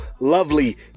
lovely